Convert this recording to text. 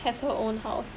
has her own house